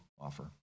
offer